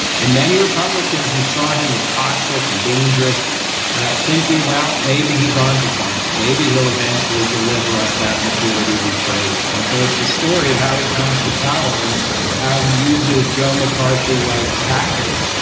and many republicans who saw him as toxic and dangerous thinking, well, maybe he's on to something. maybe he'll eventually deliver us that majority we crave. and so it's the story of how he comes to power and how he uses joe mccarthy like tactics.